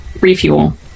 refuel